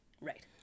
Right